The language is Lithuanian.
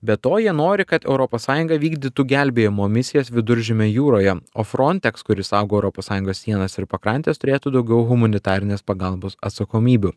be to jie nori kad europos sąjunga vykdytų gelbėjimo misijas viduržemio jūroje o frontex kuris saugo europos sąjungos sienas ir pakrantes turėtų daugiau humanitarinės pagalbos atsakomybių